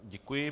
Děkuji.